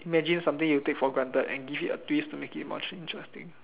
imagine something you take for granted and give it a twist to make it more interesting